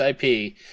IP